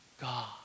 God